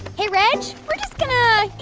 hey, reg, we're just going to, ah